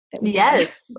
Yes